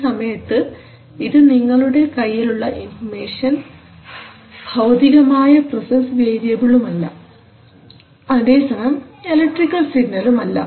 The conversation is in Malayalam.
ഈ സമയത്ത് ഇത് നിങ്ങളുടെ കയ്യിലുള്ള ഇൻഫർമേഷൻ ഭൌതികമായ പ്രൊസസ്സ് വേരിയബിളുമല്ല അതേസമയം എലക്ട്രിക് സിഗ്നലും അല്ല